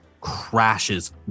crashes